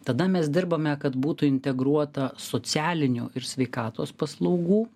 tada mes dirbame kad būtų integruota socialinių ir sveikatos paslaugų